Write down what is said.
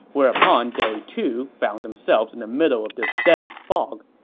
whereupon they, too, found themselves in the middle of this dense fog.